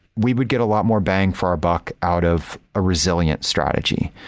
we would get a lot more bang for our buck out of a resilient strategy.